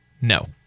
No